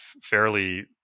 fairly